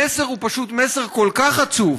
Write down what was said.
המסר הוא פשוט מסר כל כך עצוב,